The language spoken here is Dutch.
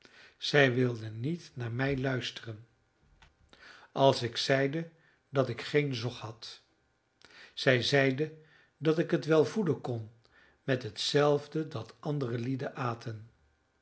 zij wilde niet naar mij luisteren als ik zeide dat ik geen zog had zij zeide dat ik het wel voeden kon met hetzelfde dat andere lieden aten